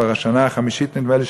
כבר השנה החמישית נדמה לי,